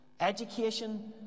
Education